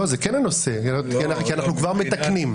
זה כן הנושא, כי אנחנו כבר מתקנים.